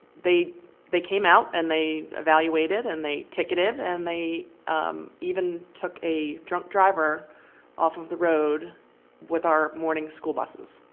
they they came out. and they evaluated. and they ticketed. and they even took a drunk driver off of the road with our morning morning school buses.